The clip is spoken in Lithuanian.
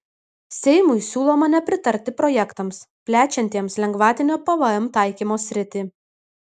seimui siūloma nepritarti projektams plečiantiems lengvatinio pvm taikymo sritį